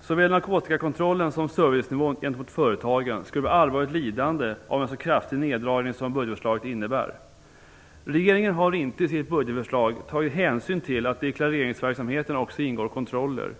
Såväl narkotikakontrollen som servicenivån gentemot företagen skulle bli allvarligt lidande av en så kraftig neddragning som budgetförslaget innebär. Regeringen har i sitt budgetförslag inte tagit hänsyn till att det i klareringsverksamheten också ingår kontroller.